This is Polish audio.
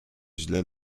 źle